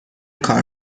کار